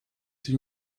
sich